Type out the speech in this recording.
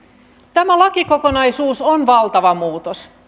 tämä lakikokonaisuus on valtava muutos